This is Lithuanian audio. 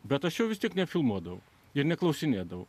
bet aš jau vis tiek nefilmuodavome ir neklausinėdavau